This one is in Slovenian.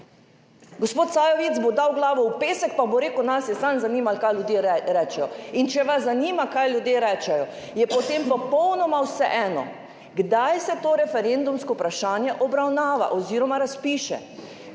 Gospod Sajovic bo dal glavo v pesek pa bo rekel nas je samo zanimalo kaj ljudje rečejo, in če vas zanima kaj ljudje rečejo, je potem popolnoma vseeno kdaj se to referendumsko vprašanje obravnava oziroma razpiše.